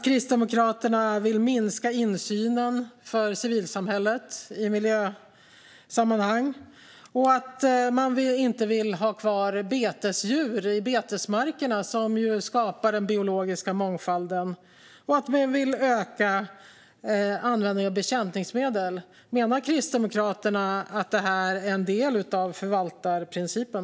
Kristdemokraterna vill minska insynen för civilsamhället i miljösammanhang, man vill inte ha kvar betesdjur i betesmarkerna som skapar den biologiska mångfalden, och man vill öka användningen av bekämpningsmedel. Menar Kristdemokraterna att det är en del av förvaltarprincipen?